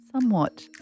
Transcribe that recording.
somewhat